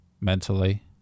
mentally